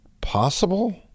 possible